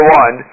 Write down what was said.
one